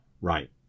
Right